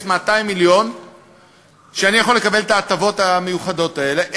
200 מיליון אני אוכל לקבל את ההטבות המיוחדות האלה,